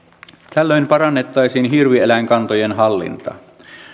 tällöin parannettaisiin hirvieläinkantojen hallintaa